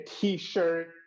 T-shirt